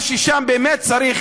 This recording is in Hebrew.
ששם באמת צריך